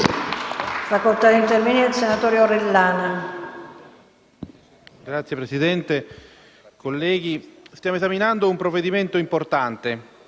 Signora Presidente, colleghi, stiamo esaminando un provvedimento importante